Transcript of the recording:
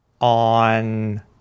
on